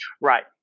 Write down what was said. Right